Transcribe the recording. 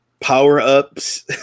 power-ups